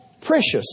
precious